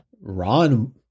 Ron